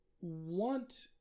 want